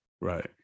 Right